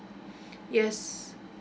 yes